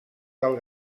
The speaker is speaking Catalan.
del